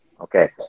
Okay